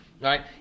right